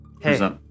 Hey